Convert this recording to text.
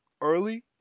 early